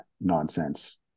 nonsense